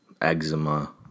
eczema